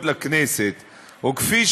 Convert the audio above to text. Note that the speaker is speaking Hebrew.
שלוש דקות, כבודו.